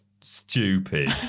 stupid